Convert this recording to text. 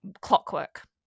Clockwork